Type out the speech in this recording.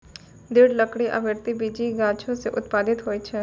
दृढ़ लकड़ी आवृति बीजी गाछो सें उत्पादित होय छै?